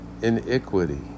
iniquity